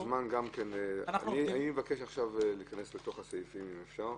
אני מבקש להיכנס לתוך הסעיפים, אם אפשר,